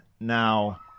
Now